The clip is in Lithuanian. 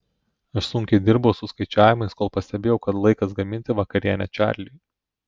aš sunkiai dirbau su skaičiavimais kol pastebėjau kad laikas gaminti vakarienę čarliui